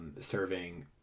serving